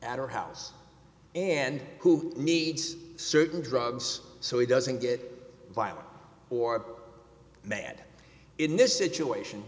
at her house and who needs certain drugs so he doesn't get violent or mad in this situation